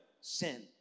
sin